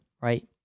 right